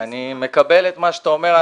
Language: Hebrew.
אני מקבל את מה שאתה אומר.